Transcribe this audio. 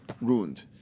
ruined